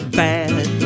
bad